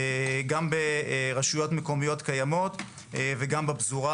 גם ברשויות מקומיות קיימות וגם בפזורה.